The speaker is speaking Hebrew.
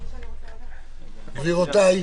גבירותיי,